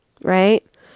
right